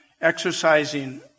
exercising